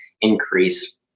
increase